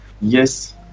Yes